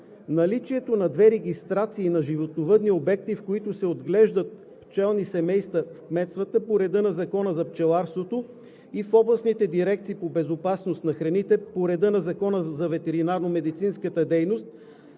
Наличието на две регистрации на животновъдни обекти, в които се отглеждат пчелни семейства в кметствата по реда на Закона за пчеларството и в областните дирекции по безопасност на храните по реда на Закона за ветеринарно-медицинската дейност,